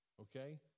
Okay